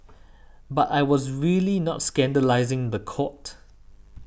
but I was really not scandalising the court